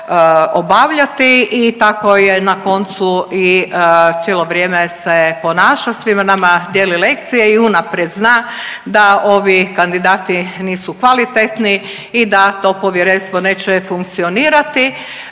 obavljati i tako je na koncu i cijelo vrijeme se ponaša, svima nama dijeli lekcije i unaprijed zna da ovi kandidati nisu kvalitetni i da to povjerenstvo neće funkcionirati,